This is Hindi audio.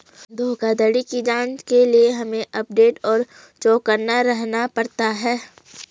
धोखाधड़ी की जांच के लिए हमे अपडेट और चौकन्ना रहना पड़ता है